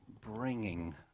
bringing